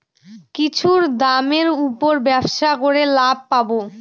কিছুর দামের উপর ব্যবসা করে লাভ পাবো